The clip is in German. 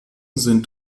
sind